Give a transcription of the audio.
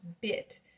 bit